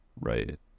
Right